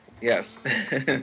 Yes